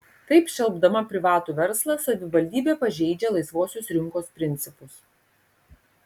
taip šelpdama privatų verslą savivaldybė pažeidžia laisvosios rinkos principus